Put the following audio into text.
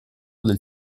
del